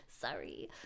sorry